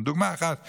דוגמה אחת בלבד.